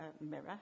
mirror